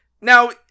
Now